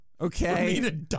okay